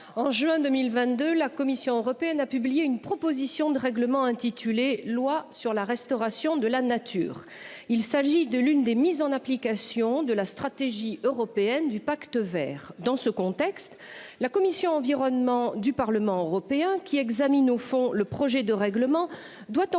en juin 2022 la Commission européenne a publié une proposition de règlement intitulé Loi sur la restauration de la nature. Il s'agit de l'une des mises en application de la stratégie européenne du Pacte Vert dans ce contexte, la commission Environnement du Parlement européen qui examine au fond le projet de règlement doit entériner